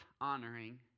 honoring